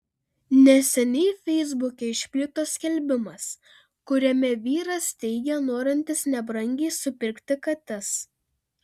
neseniai feisbuke išplito skelbimas kuriame vyras teigia norintis nebrangiai supirkti kates